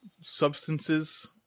substances